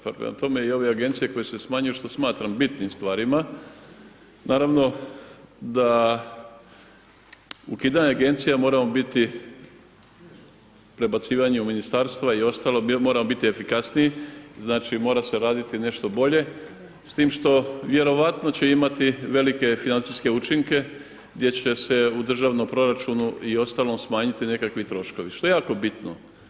Pa prema tome i ove agencije koje se smanjuju što smatram bitnim stvarima, naravno da ukidanje agencija moramo biti, prebacivanje u ministarstva i ostalo, moramo biti efikasniji, znači mora se raditi nešto bolje, s tim što vjerovatno će imati velike financijske učinke gdje će se u državnom proračunu i ostalom smanjiti nekakvi troškovi to je jako bitno.